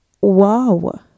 wow